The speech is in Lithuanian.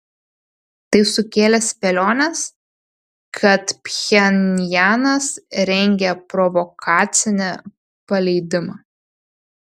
tai sukėlė spėliones kad pchenjanas rengia provokacinį paleidimą